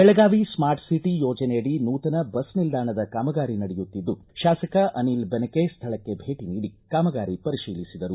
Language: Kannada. ಬೆಳಗಾವಿ ಸ್ಮಾರ್ಟ್ ಸಿಟಿ ಯೋಜನೆ ಅಡಿ ನೂತನ ಬಸ್ ನಿಲ್ದಾಣದ ಕಾಮಗಾರಿ ನಡೆಯುತ್ತಿದ್ದು ಶಾಸಕ ಅನಿಲ ಬೆನಕೆ ಸ್ಥಳಕ್ಕೆ ಭೇಟಿ ನೀಡಿ ಕಾಮಗಾರಿ ಪರಿಶೀಲಿಸಿದರು